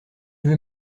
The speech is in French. veux